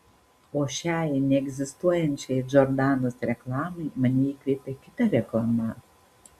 o šiai neegzistuojančiai džordanos reklamai mane įkvėpė kita reklama